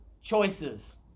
choices